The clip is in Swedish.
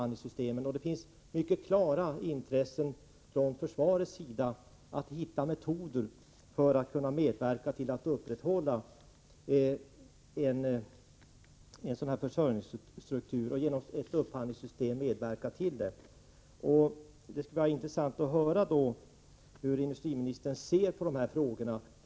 Det finns mycket klara intressen från försvarets sida att hitta metoder för ett upphandlingssystem, så att man kan medverka till att upprätthålla en sådan här försörjningsstruktur. Det skulle vara intressant att höra hur industriministern ser på dessa frågor.